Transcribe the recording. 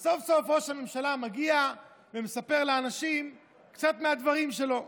אז סוף-סוף ראש הממשלה מגיע ומספר לאנשים קצת מהדברים שלו.